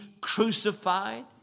crucified